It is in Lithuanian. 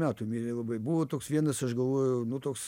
metų mirė labai buvo toks vienas aš galvoju nu toks